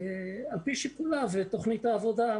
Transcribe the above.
ועל פי שיקוליו ותוכנית העבודה,